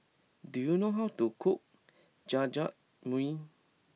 do you know how to cook Jajangmyeon